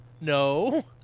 No